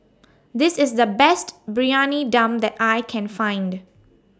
This IS The Best Briyani Dum that I Can Find